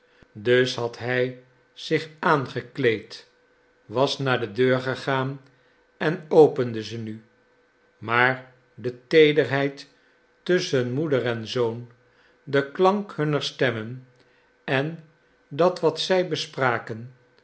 dus had hij zich aangekleed was naar de deur gegaan en opende ze nu maar de teederheid tusschen moeder en zoon de klank hunner stemmen en dat wat zij spraken